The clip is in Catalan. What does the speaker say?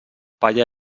palla